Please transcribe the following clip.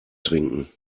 trinken